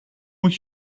moet